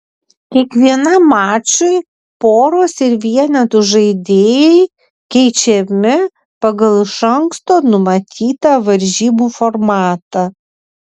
kiekvienam mačui poros ir vienetų žaidėjai keičiami pagal iš anksto numatytą varžybų formatą